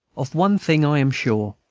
of one thing i am sure,